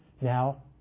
Now